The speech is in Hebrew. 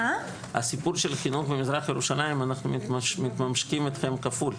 הסיפור של חינוך במזרח ירושלים אנחנו מתממשקים אתכם כפול.